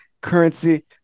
currency